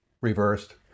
reversed